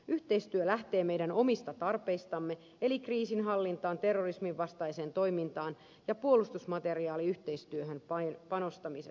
yhteistyö lähtee meidän omista tarpeistamme eli kriisinhallintaan terrorisminvastaiseen toimintaan ja puolustusmateriaaliyhteistyöhön panostamisesta